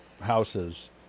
houses